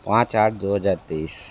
पाँच आठ दो हज़ार तेइस